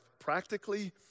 practically